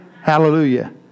Hallelujah